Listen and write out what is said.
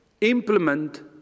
implement